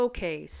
Okay